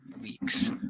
week's